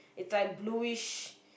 it's like bluish